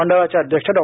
मंडळाचे अध्यक्ष डॉ